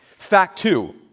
fact two,